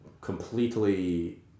completely